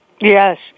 Yes